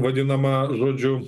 vadinama žodžiu